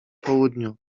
południu